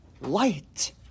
light